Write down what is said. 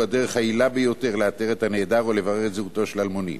הדרך היעילה ביותר לאתר את הנעדר או לברר את זהותו של אלמוני.